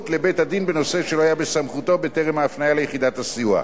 לבית-הדין בנושא שלא היה בסמכותו בטרם ההפניה ליחידת הסיוע.